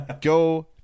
Go